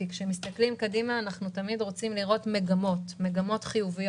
כשמסתכלים קדימה אנחנו תמיד רוצים לראות מגמות חיוביות.